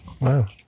Wow